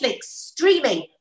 streaming